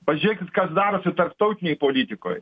pažiūrėkit kas darosi tarptautinėj politikoj